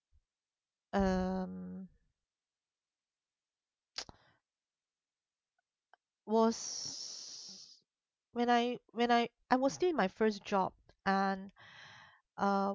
um was when I when I I was still in my first job and uh